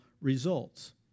results